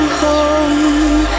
home